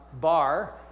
bar